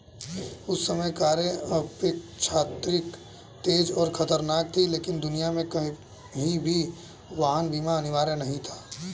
उस समय कारें अपेक्षाकृत तेज और खतरनाक थीं, लेकिन दुनिया में कहीं भी वाहन बीमा अनिवार्य नहीं था